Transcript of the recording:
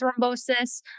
thrombosis